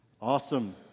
awesome